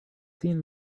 seen